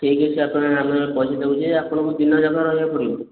ଠିକ୍ ଅଛି ଆପଣ ଆମେ ପଇସା ଦେବୁ ଯେ ଆପଣଙ୍କୁ ଦିନଯାକ ରହିବାକୁ ପଡ଼ିବ